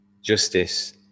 justice